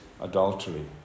adultery